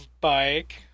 bike